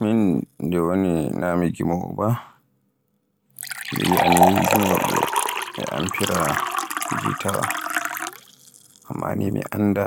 Min nde woni naa mi jimowo ba, mi yi'a ni gimowoɓe amfiraata jitawa. Amma ni mi annda